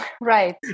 Right